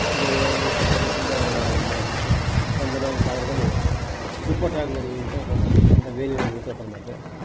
ಹಾಗೇ ಒಂದು ಇಪ್ಪತ್ತು ಸಾವಿರಕ್ಕೆ ತುಂಬ ಮಾಲ್ ಸಿಕ್ತು ತಂದು ನಾನು ಸಾಗರದಲ್ಲಿ ದುಪ್ಪಟ್ಟ ಅಂಗಡಿ ಅಂತ ಓಪನ್ ಮಾಡಿದೆ ಅಂದರೆ ವೇಲಿನ ಅಂಗಡಿ ಅಂತ ಓಪನ್ ಮಾಡಿದೆ